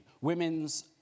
Women's